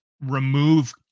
remove